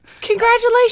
Congratulations